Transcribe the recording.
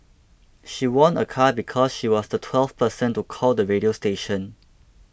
she won a car because she was the twelfth person to call the radio station